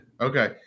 Okay